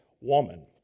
woman